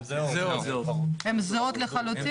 הן זהות לחלוטין?